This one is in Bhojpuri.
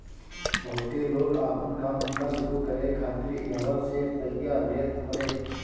बहुते लोग आपन काम धंधा शुरू करे खातिर इहवा से पइया लेत हवे